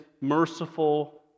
merciful